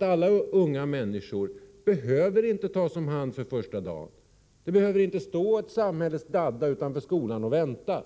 Alla unga människor behöver inte tas om hand från första dagen, Frida Berglund! Det behöver inte stå en samhällets dadda utanför skolan och vänta.